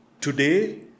Today